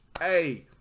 hey